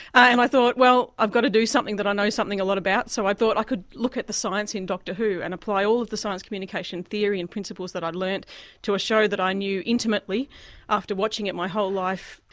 and i thought, well, i've got to do something that i know a lot about, so i thought i could look at the science in doctor who and apply all of the science communication theory and principles that i'd learned to a show that i knew intimately after watching it my whole life.